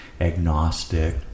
agnostic